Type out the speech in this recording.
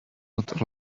not